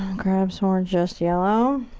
grab some more just yellow.